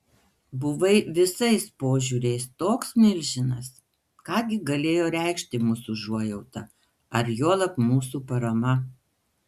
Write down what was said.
buvai visais požiūriais toks milžinas ką gi galėjo reikšti mūsų užuojauta ar juolab mūsų parama